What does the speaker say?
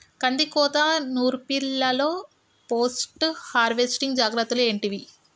కందికోత నుర్పిల్లలో post harvesting జాగ్రత్తలు ఏంటివి?